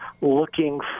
looking